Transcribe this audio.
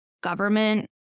government